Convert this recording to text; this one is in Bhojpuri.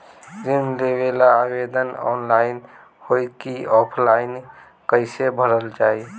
ऋण लेवेला आवेदन ऑनलाइन होई की ऑफलाइन कइसे भरल जाई?